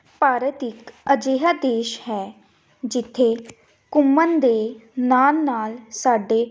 ਭਾਰਤ ਇੱਕ ਅਜਿਹਾ ਦੇਸ਼ ਹੈ ਜਿੱਥੇ ਘੁੰਮਣ ਦੇ ਨਾਲ ਨਾਲ ਸਾਡੇ